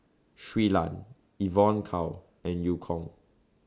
Shui Lan Evon Kow and EU Kong